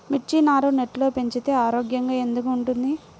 మిర్చి నారు నెట్లో పెంచితే ఆరోగ్యంగా ఎందుకు ఉంటుంది?